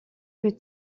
plus